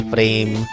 Frame